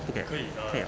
不可以可以 ah